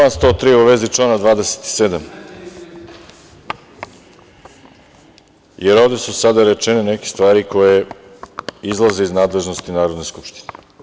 Član 103, u vezi člana 27, jer ovde su sada rečene neke stvari koje izlaze iz nadležnosti Narodne skupštine.